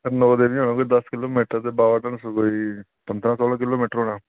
sir नौ देवियां होनियां कोई दस किलो मीटर ते बाबा धनसर कोई पंदरां सोलां किलो मीटर होना